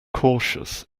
cautious